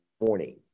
morning